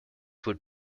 would